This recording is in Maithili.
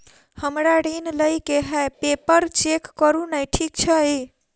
हमरा ऋण लई केँ हय पेपर चेक करू नै ठीक छई?